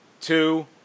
two